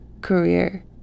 career